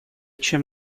чем